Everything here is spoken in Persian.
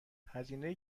هزینه